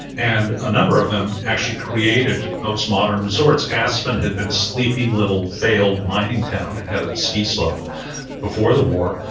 and a number of them actually created those modern resorts aspen had been a sleepy little failed mining town. it had a ski slope before the war,